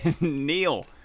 Neil